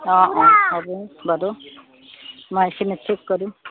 অঁ অঁ হ'ব বাৰু মই এইখিনি ঠিক কৰিম